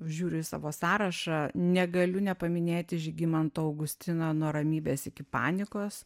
žiūriu į savo sąrašą negaliu nepaminėti žygimanto augustino nuo ramybės iki panikos